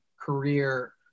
career